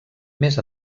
més